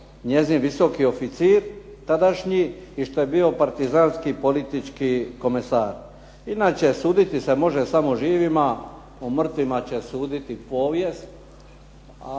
njezin visoki oficir, tadašnji i što je bio partizanski politički komesar. Inače se suditi može samo živima, o mrtvima će suditi povijest